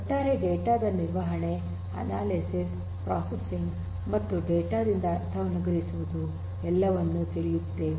ಒಟ್ಟಾರೆ ಡೇಟಾ ದ ನಿರ್ವಹಣೆ ಅನಾಲಿಸಿಸ್ ಪ್ರೊಸೆಸಿಂಗ್ ಮತ್ತು ಡೇಟಾ ದಿಂದ ಅರ್ಥವನ್ನು ಗ್ರಹಿಸುವುದು ಎಲ್ಲವನ್ನೂ ತಿಳಿಯುತ್ತೇವೆ